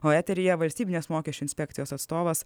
o eteryje valstybinės mokesčių inspekcijos atstovas